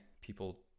people